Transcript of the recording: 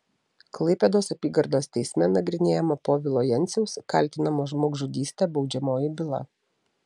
klaipėdos apygardos teisme nagrinėjama povilo jenciaus kaltinamo žmogžudyste baudžiamoji byla